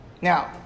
Now